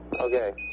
Okay